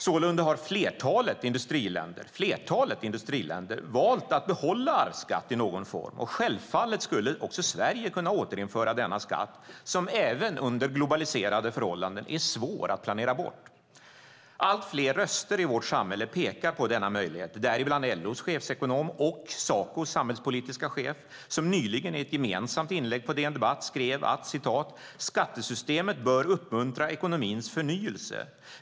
Sålunda har flertalet industriländer valt att behålla arvsskatt i någon form, och självfallet skulle också Sverige kunna återinföra denna skatt som även under globaliserade förhållanden är svår att planera bort. Allt fler röster i vårt samhälle pekar på denna möjlighet, däribland LO:s chefsekonom och Sacos samhällspolitiska chef, som nyligen i ett gemensamt inlägg på DN Debatt skrev att "skattesystemet bör uppmuntra ekonomins förnyelse.